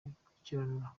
gukurikirana